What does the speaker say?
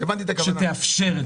הצנרת שתאפשר את